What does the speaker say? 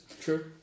True